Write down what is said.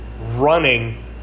running